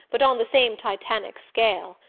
but on the same titanic scale.